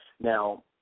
Now